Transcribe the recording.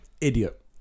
idiot